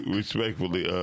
respectfully